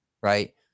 right